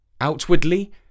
Outwardly